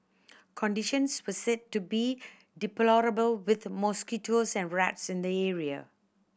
conditions were said to be deplorable with mosquitoes and rats in the area